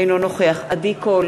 אינו נוכח עדי קול,